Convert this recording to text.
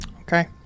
okay